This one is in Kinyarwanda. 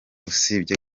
usibye